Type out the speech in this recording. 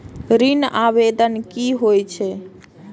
ऋण आवेदन की होय छै?